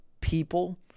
people